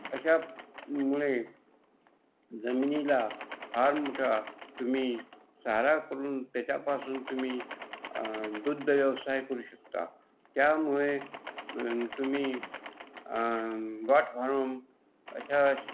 अशामुळे जमिनीला फार मोठा तुम्ही चारा करून त्याच्यापासून तुम्ही दुग्ध व्यवसाय करू शकता त्यामुळे तुम्ही गॉटफॉरम अशा